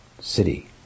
city